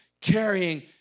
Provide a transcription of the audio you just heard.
carrying